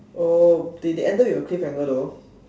oh they they ended with a cliffhanger though